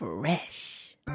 Fresh